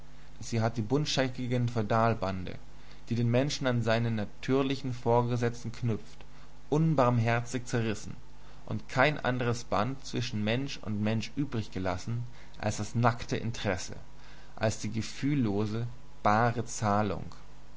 sie hat die buntscheckigen feudalbande die den menschen an seinen natürlichen vorgesetzten knüpften unbarmherzig zerrissen und kein anderes band zwischen mensch und mensch übriggelassen als das nackte interesse als die gefühllose bare zahlung